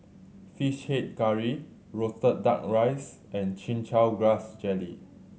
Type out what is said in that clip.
Fish Head Curry roasted Duck Rice and Chin Chow Grass Jelly